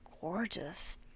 gorgeous